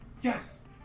Yes